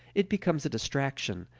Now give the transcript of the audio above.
it becomes a distraction,